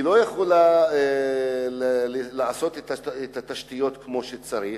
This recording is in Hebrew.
לא יכולה לעשות תשתיות כמו שצריך.